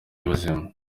y’ubuzima